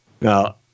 Now